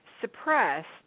suppressed